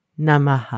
Namaha